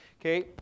Okay